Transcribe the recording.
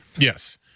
Yes